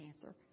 cancer